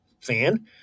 fan